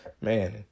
man